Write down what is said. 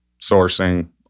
sourcing